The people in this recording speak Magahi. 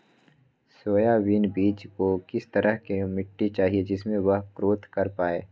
सोयाबीन बीज को किस तरह का मिट्टी चाहिए जिससे वह ग्रोथ कर पाए?